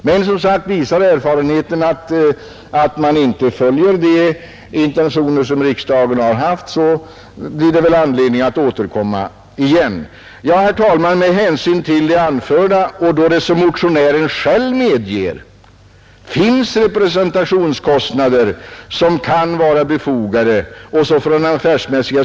Men som sagt, om erfarenheten visar att man inte följer de intentioner som riksdagen haft blir det väl anledning att återkomma. Herr talman! Med anledning av det anförda och då det som motionären själv medger finns representationskostnader som kan vara befogade och som från affärsmässiga.